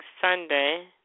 Sunday